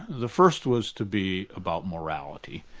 the first was to be about morality,